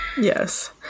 yes